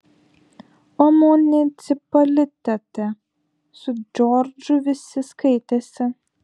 o municipalitete su džordžu visi skaitėsi